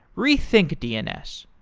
rethink dns,